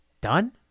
done